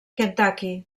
kentucky